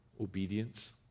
obedience